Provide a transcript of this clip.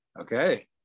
okay